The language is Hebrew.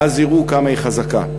ואז יראו כמה היא חזקה.